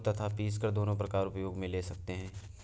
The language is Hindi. जीरे को साबुत तथा पीसकर दोनों प्रकार उपयोग मे ले सकते हैं